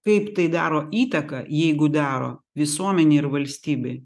kaip tai daro įtaką jeigu daro visuomenė ir valstybė